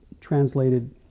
translated